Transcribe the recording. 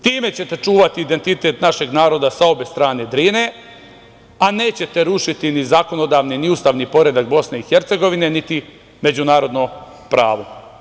Time ćete čuvati identitet našeg naroda sa obe strane Drine, a nećete rušiti ni zakonodavni, ni ustavni poredak BiH, niti međunarodno pravo.